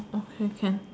okay can